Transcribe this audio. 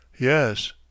Yes